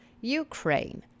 Ukraine